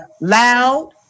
loud